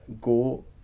go